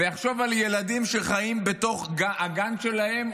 ויחשוב על ילדים שחיים בתוך הגן שלהם,